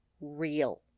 real